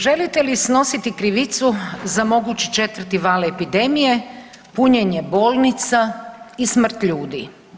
Želite li snositi krivicu za mogući četvrti val epidemije, punjenje bolnica i smrt ljudi?